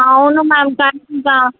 అవును మ్యామ్ కానీ ఇంకా